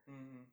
mm mm